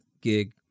gig